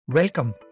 Welcome